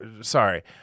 sorry